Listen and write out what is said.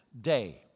day